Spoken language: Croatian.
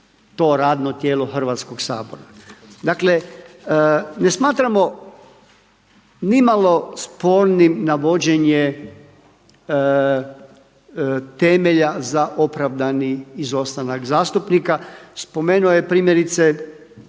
to radno tijelo Hrvatskoga sabora. Dakle ne smatramo nimalo spornim navođenje temelja za opravdani izostanak zastupnika. Spomenuo je primjerice